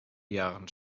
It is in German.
jahren